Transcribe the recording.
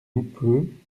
houppeux